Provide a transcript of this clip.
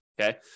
okay